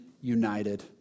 united